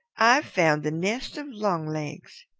i've found the nest of longlegs!